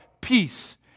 peace